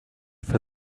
for